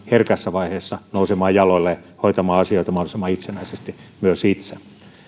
herkässä vaiheessa nousemaan jaloilleen hoitamaan asioita mahdollisimman itsenäisesti myös itse